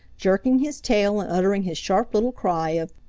jerking his tail and uttering his sharp little cry of,